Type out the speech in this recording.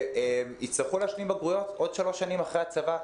והם יצטרכו להשלים בגרויות עוד שלוש שנים אחרי הצבא.